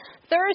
Thursday